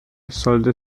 sollte